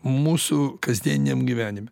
mūsų kasdieniniam gyvenime